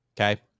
Okay